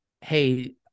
Hey